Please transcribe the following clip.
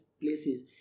places